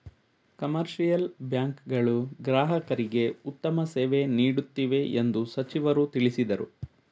commercial bank ಗಳು ಗ್ರಾಹಕರಿಗೆ ಉತ್ತಮ ಸೇವೆ ನೀಡುತ್ತಿವೆ ಎಂದು ಸಚಿವರು ತಿಳಿಸಿದರು